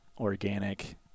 organic